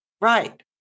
right